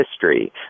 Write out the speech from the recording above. history